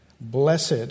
blessed